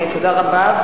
תודה רבה,